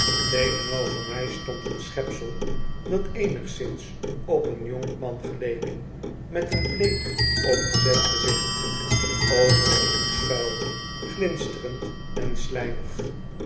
tegenover mij stond een schepsel dat eenigszins op een jonkman geleek met een bleek opgezet gezicht overigens vuil glinsterend en slijmig